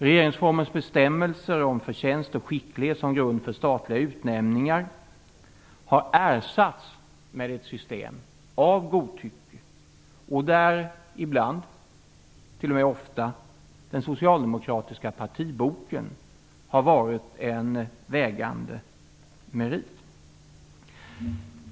Regeringsformens bestämmelser om förtjänst och skicklighet som grund för statliga utnämningar har ersatts med ett system av godtycke, där ibland, ja, t.o.m. ofta, den socialdemokratiska partiboken har varit en vägande merit.